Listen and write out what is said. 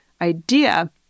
idea